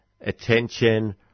attention